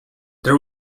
there